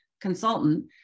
consultant